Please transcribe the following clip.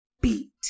beat